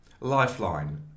Lifeline